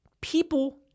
people